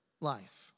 life